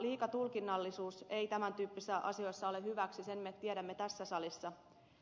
liika tulkinnallisuus ei tämän tyyppisissä asioissa ole hyväksi sen me tiedämme tässä salissa